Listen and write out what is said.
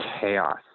chaos